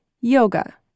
Yoga